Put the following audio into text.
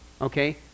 okay